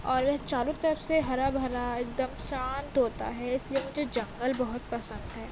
اور یہ چاروں طرف سے ہرا بھرا ایک دم شانت ہوتا ہے اس لیے مجھے جنگل بہت پسند ہے